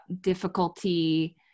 difficulty